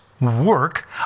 work